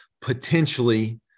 potentially